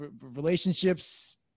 relationships